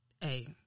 Hey